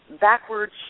backwards